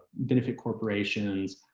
benefit corporations,